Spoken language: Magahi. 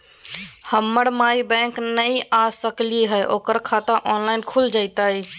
हमर माई बैंक नई आ सकली हई, ओकर खाता ऑनलाइन खुल जयतई?